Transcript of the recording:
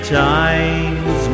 times